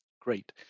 Great